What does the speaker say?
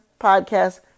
podcast